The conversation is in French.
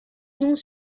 nous